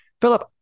Philip